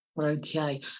Okay